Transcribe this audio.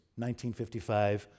1955